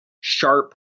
sharp